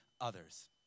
others